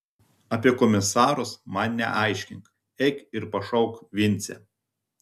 apie komisarus man neaiškink eik ir pašauk vincę